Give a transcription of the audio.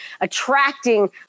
attracting